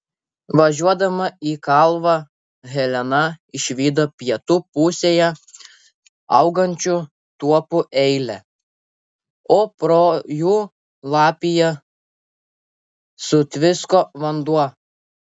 važiuodama į kalvą helena išvydo pietų pusėje augančių tuopų eilę o pro jų lapiją sutvisko vanduo